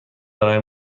برای